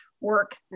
work